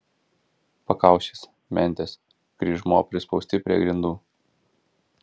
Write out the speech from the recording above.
pakaušis mentės kryžmuo prispausti prie grindų